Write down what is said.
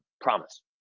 Promise